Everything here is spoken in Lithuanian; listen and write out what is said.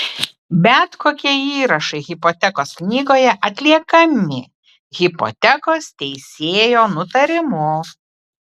bet kokie įrašai hipotekos knygoje atliekami hipotekos teisėjo nutarimu